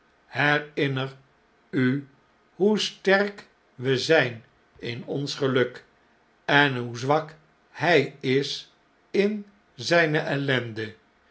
herinner u hoe sterk we zijn in ons geluk en hoe zwak hij is in zijne ellende